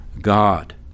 God